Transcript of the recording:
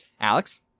Alex